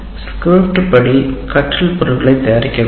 script படி கற்றல் பொருட்களை தயாரிக்கவேண்டும்